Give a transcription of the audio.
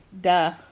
Duh